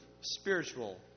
spiritual